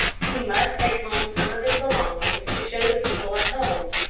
he must take home some of his belongings to show the people at home.